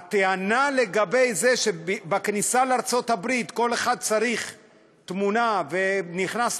הטענה לגבי זה שבכניסה לארצות-הברית כל אחד צריך תמונה ונכנס למאגר,